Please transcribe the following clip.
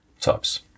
Tops